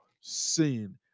sin